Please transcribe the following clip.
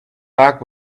back